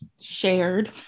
shared